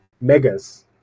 megas